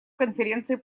конференции